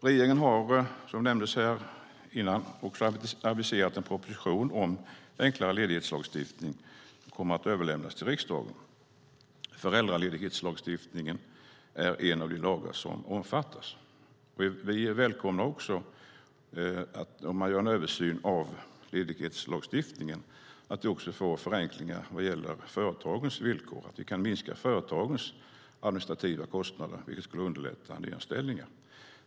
Som nämndes här tidigare har regeringen också aviserat att en proposition om en enklare ledighetslagstiftning kommer att överlämnas till riksdagen. Föräldraledighetslagstiftningen är en av de lagar som omfattas. Vi välkomnar också att vi får förenklingar vad gäller företagens villkor när man gör en översyn av ledighetslagstiftningen. Att minska företagens administrativa kostnader skulle underlätta nyanställningar.